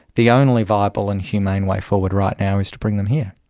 the only viable and humane way forward right now is to bring them here.